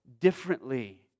differently